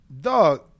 Dog